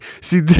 See